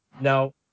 Now